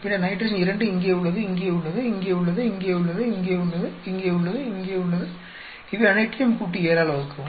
பின்னர் நைட்ரஜன் 2 இங்கே உள்ளது இங்கே உள்ளது இங்கே உள்ளது இங்கே உள்ளது இங்கே உள்ளது இங்கே உள்ளது இங்கே உள்ளது இவை அனைற்றையும் கூட்டி 7 ஆல் வகுக்கவும்